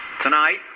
Tonight